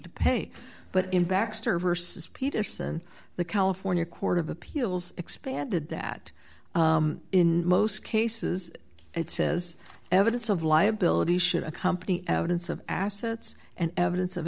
to pay but in baxter vs peterson the california court of appeals expanded that in most cases it says evidence of liability should accompany evidence of assets and evidence of